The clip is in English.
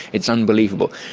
it's unbelievable.